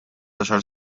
għaxar